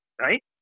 right